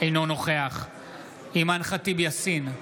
אינו נוכח אימאן ח'טיב יאסין,